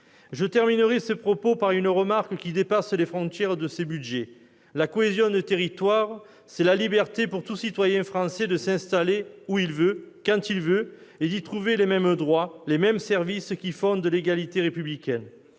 Je terminerai mon propos par une remarque qui dépasse les frontières de ces budgets. La cohésion des territoires, c'est la liberté pour tout citoyen français de s'installer où il veut, quand il veut et d'y trouver les mêmes droits, les mêmes services qui fondent l'égalité républicaine.